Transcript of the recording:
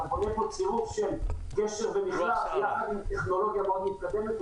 אתה בונה פה צירוף של גשר ומחלף בטכנולוגיה מאוד מתקדמת.